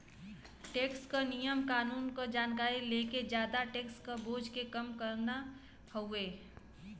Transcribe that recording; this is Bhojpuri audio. टैक्स क नियम कानून क जानकारी लेके जादा टैक्स क बोझ के कम करना हउवे